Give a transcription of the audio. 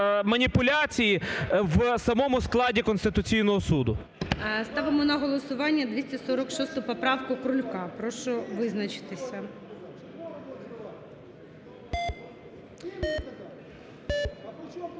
маніпуляції в самому складі Конституційного Суду. ГОЛОВУЮЧИЙ. Ставимо на голосування 246-у поправку Крулька. Прошу визначитися.